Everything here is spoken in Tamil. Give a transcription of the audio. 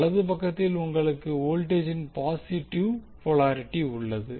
வலது பக்கத்தில் உங்களுக்கு வோல்டேஜின் பாசிட்டிவ் போலாரிட்டி உள்ளது